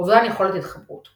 אובדן יכולת התחברות.